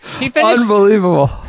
Unbelievable